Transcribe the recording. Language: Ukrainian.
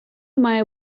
має